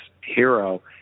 hero